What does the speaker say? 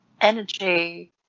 energy